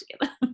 together